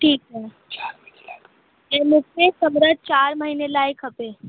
ठीकु आहे त मूंखे कमिरा चारि महीने लाइ खपे